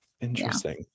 Interesting